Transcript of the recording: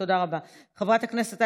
תודה רבה, חבר הכנסת שחאדה.